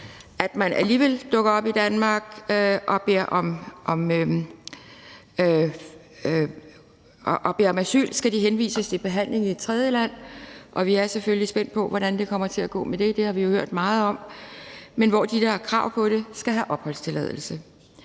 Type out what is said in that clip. man alligevel dukker op i Danmark og beder om asyl, skal de henvises til behandling i et tredje land, og vi er selvfølgelig spændt på, hvordan det kommer til at gå med det, for vi har jo hørt meget om det, hvor de, der har krav på det, skal have opholdstilladelse.